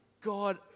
God